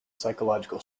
psychological